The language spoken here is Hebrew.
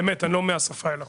באמת אני לא מהשפה אל החוץ,